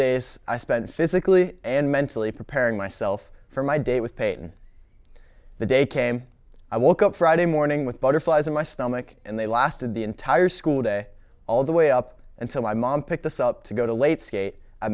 days i spent physically and mentally preparing myself for my day with peyton the day came i woke up friday morning with butterflies in my stomach and the last of the entire school day all the way up until my mom picked us up to go to late skate a